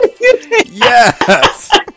Yes